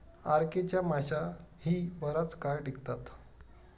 RK च्या माश्याही बराच काळ टिकतात